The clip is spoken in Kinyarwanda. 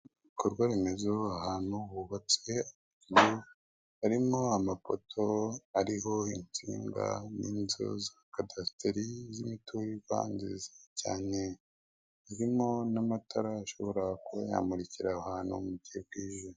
Ibikorwa remezo ahantu hubatse harimo amapoto ariho insinga n'inzu za kadasiteri z'imiturirwa nziza cyane zirimo n'amatara ashobora kuba yamurikira aho hantu mu gihe bwije.